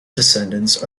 descendants